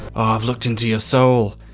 i've looked into your soul,